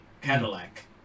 Cadillac